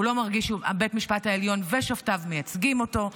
הוא לא מרגיש שבית המשפט העליון ושופטיו מייצגים אותו,